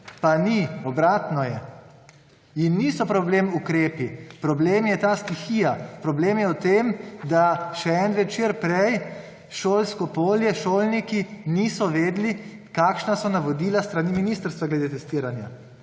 pa ni, obratno je. Niso problem ukrepi, problem je ta stihija, problem je v tem, da še en večer prej šolsko polje, šolniki niso vedeli, kakšna so navodila s strani ministrstva glede testiranja.